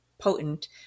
potent